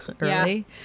early